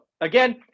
again